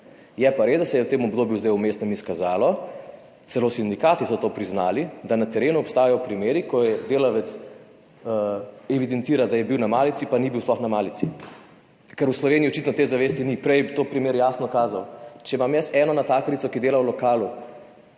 Je pa res, da se je zdaj v tem vmesnem obdobju izkazalo, celo sindikati so to priznali, da na terenu obstajajo primeri, ko delavec evidentira, da je bil na malici, pa sploh ni bil na malici, ker v Sloveniji očitno te zavesti ni. Prej je to primer jasno kazal. Če imam jaz eno natakarico, ki dela v lokalu,